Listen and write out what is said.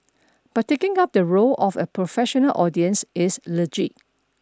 but taking up the role of a professional audience is legit